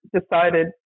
decided